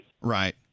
right